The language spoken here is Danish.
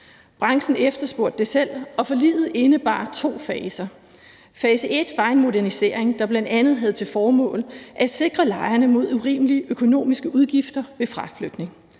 Branchen efterspurgte det selv, og forliget indebar to faser. Fase 1 var en modernisering, der bl.a. havde til formål at sikre lejerne mod urimelige økonomiske udgifter ved fraflytning